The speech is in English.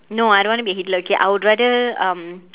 no I don't want to be a hitler okay I would rather um